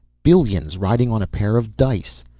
billions riding on a pair of dice.